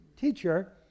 Teacher